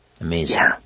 Amazing